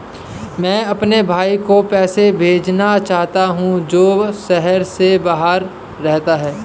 मैं अपने भाई को पैसे भेजना चाहता हूँ जो शहर से बाहर रहता है